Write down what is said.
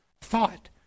thought